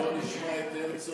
עד שאנחנו לא נשמע את הרצוג